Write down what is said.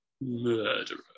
Murderer